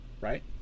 right